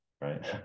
right